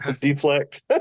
deflect